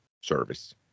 service